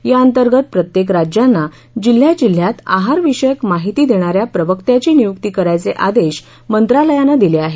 याअंतर्गत प्रत्येक राज्यांना जिल्ह्याजिल्ह्यात आहारविषय माहिती देणाऱ्या प्रवक्त्याची नियुक्ती करायचे आदेश मंत्रालयाने दिले आहेत